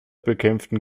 bekämpften